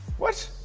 what?